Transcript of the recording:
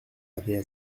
avaient